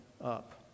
up